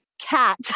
cat